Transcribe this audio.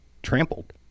trampled